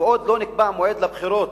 ועוד לא נקבע מועד לבחירות.